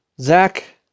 Zach